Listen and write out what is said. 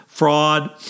fraud